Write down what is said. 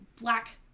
black